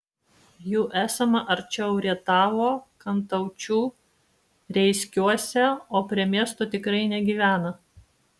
jų esama arčiau rietavo kantaučių reiskiuose o prie miesto tikrai negyvena